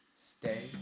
Stay